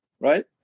right